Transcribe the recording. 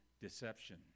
Deception